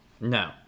No